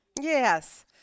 Yes